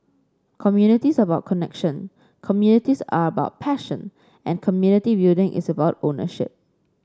communities are about connection communities are about passion and community building is about ownership